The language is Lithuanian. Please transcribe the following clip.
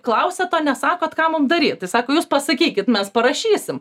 klausiat o nesakot ką mum daryt tai sako jūs pasakykit mes parašysim